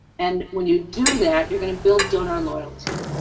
and when you do that, you're going to build donor loyalty.